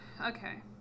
Okay